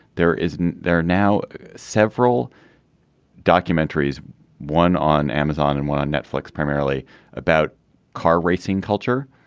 there is. there are now several documentaries one on amazon and one on netflix primarily about car racing culture.